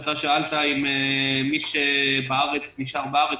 אתה שאלת על מי שנשאר בארץ,